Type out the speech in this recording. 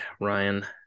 Ryan